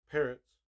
Parrots